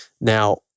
Now